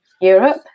Europe